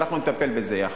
אנחנו נטפל בזה יחד.